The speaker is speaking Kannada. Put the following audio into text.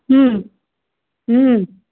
ಹ್ಞೂ ಹ್ಞೂ